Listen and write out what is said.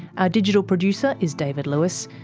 our digital producer is david lewis.